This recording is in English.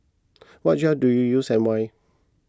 what gel do you use and why